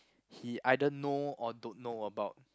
he either know or don't know about